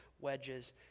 wedges